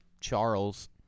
Charles